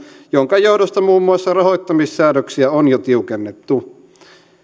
jonka johdosta muun muassa rahoittamissäädöksiä on jo tiukennettu